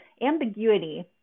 Ambiguity